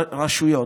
רשויות.